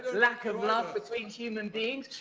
lack of love between human beings.